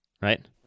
right